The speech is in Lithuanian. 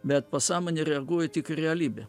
bet pasąmonė reaguoja tik į realybę